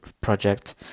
project